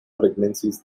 pregnancies